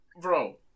bro